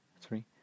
three